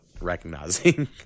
recognizing